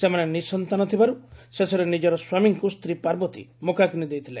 ସେମାନେ ନିଃସନ୍ତାନ ଥିବାରୁ ଶେଷରେ ନିକ ସ୍ୱାମୀଙ୍କୁ ସ୍ୱୀ ପାର୍ବତୀ ମୁଖାଗୁ ଦେଇଥିଲେ